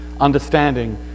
understanding